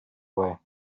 way